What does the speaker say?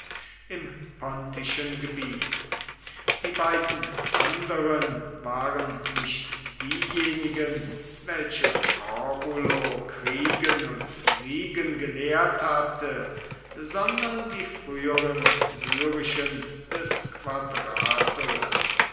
im pontischen gebiet die beiden anderen waren nicht diejenigen welche corbulo kriegen und siegen gelehrt hatte sondern die früheren syrischen des quadratus